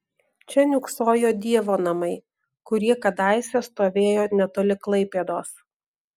čia niūksojo dievo namai kurie kadaise stovėjo netoli klaipėdos